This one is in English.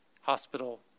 hospital